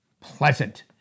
pleasant